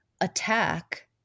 attack